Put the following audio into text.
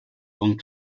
long